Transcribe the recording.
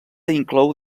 inclou